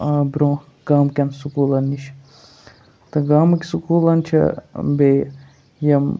برونٛہہ گامکٮ۪ن سکولَن نِش تہٕ گامٕکۍ سکولَن چھِ بیٚیہِ یِم